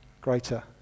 greater